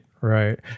right